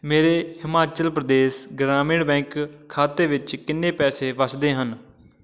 ਮੇਰੇ ਹਿਮਾਚਲ ਪ੍ਰਦੇਸ਼ ਗ੍ਰਾਮੀਣ ਬੈਂਕ ਖਾਤੇ ਵਿੱਚ ਕਿੰਨੇ ਪੈਸੇ ਵੱਸਦੇ ਹਨ